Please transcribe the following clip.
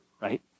right